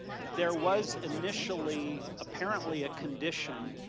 there was initially, apparently a condition,